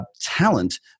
talent